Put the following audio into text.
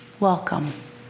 welcome